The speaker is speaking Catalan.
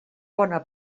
bona